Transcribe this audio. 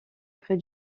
près